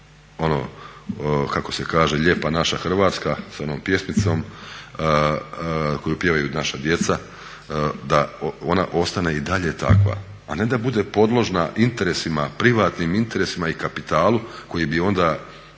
ono kako se kaže Lijepa naša Hrvatska sa onom pjesmicom koju pjevaju naša djeca, da ona ostane i dalje takva, a ne da bude podložna interesima privatnim interesima i kapitalu koji bi onda